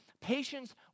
Patience